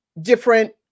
different